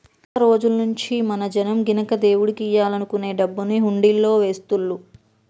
పాత రోజుల్నుంచీ మన జనం గినక దేవుడికియ్యాలనుకునే డబ్బుని హుండీలల్లో వేస్తుళ్ళు